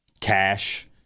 cash